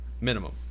Minimum